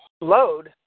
load